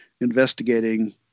investigating